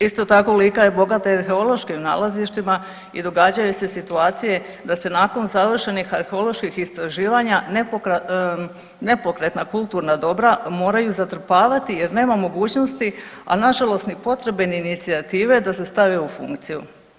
Isto tako Lika je bogata i arheološkim nalazištima i događaju se situacije da se nakon završenih arheoloških istraživanja nepokretna kulturna dobra moraju zatrpavati jer nema mogućnosti, a na žalost ni potrebe, ni inicijative da se stave u funkciju.